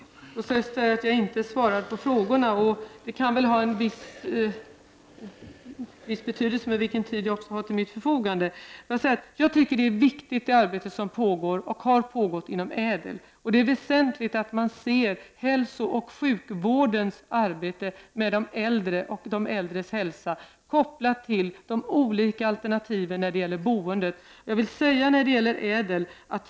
Rosa Östh säger att jag inte svarar på ställda frågor. Men den taletid som står till mitt förfogande kan vara av viss betydelse. Det arbete inom ÄDEL som pågår, och har pågått, tycker jag är viktigt. Det är väsentligt att hälsooch sjukvårdens arbete med de äldre och deras hälsa ses kopplat till olika boendealternativ.